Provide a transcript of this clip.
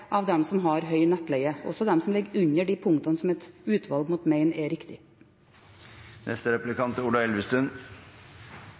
av dem som har høy nettleie – også de som ligger under de punktene som et utvalg måtte mene er